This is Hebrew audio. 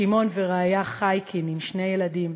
שמעון ורעיה חייקין עם שני ילדים,